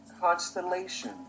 constellation